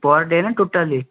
per day ନା totally